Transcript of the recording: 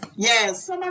Yes